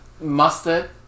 Mustard